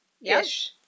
Yes